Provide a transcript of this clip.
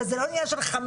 וזה לא עניין אם זה חמאס,